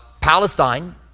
Palestine